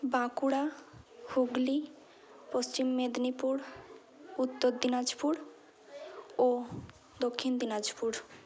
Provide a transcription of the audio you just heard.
বাঁকুড়া হুগলি পশ্চিম মেদিনীপুর উত্তর দিনাজপুর ও দক্ষিণ দিনাজপুর